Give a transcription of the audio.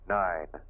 nine